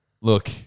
Look-